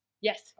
Yes